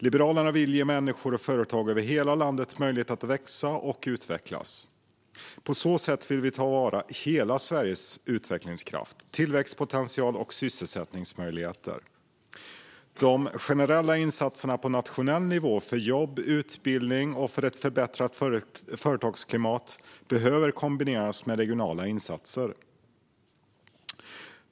Liberalerna vill ge människor och företag över hela landet möjligheter att växa och utvecklas. På så sätt vill vi ta vara på hela Sveriges utvecklingskraft, tillväxtpotential och sysselsättningsmöjligheter. De generella insatserna på nationell nivå för jobb, utbildning och ett förbättrat företagsklimat behöver kombineras med regionala insatser.